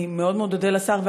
אני מאוד מאוד אודה לשר,